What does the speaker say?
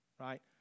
right